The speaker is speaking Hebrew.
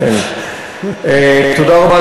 אדוני